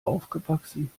aufgewachsen